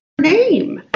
name